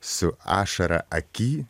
su ašara aky